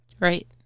Right